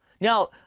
Now